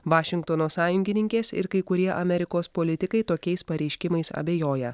vašingtono sąjungininkės ir kai kurie amerikos politikai tokiais pareiškimais abejoja